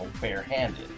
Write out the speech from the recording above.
barehanded